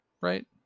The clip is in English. right